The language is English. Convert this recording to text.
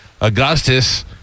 Augustus